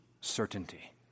Certainty